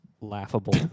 laughable